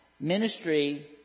Ministry